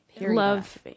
love-